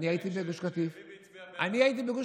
אני חושב.